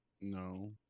No